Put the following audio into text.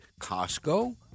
Costco